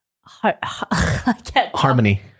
Harmony